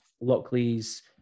Lockley's